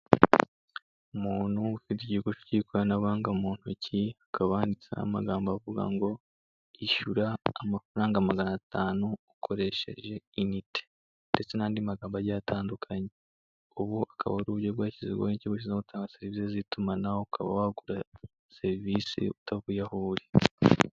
Umuntu ufite igikoresho cy'ikoranabuhanga mu ntoki, hakaba handitseho amagambo avuga ngo ishyura amafaranga magana atanu ukoresheje inite ndetse n'andi magambo agiye atandukanye. Ubu akaba ari uburyo bwashyizweho n'ikigo gishinzwe gutanga serivisi z'itumanaho, ukaba wagura serivisi utavuye aho uri.